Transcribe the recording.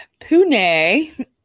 Pune